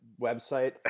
website